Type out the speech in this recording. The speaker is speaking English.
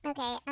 Okay